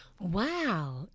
Wow